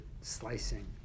slicing